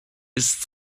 ist